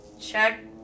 Check